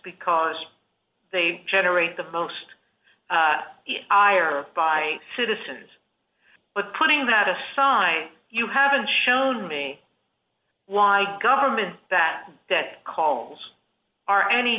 because they generate the most by citizens but putting that aside you haven't shown me why government that calls are any